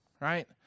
right